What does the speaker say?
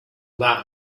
that